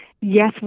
yes